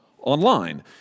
online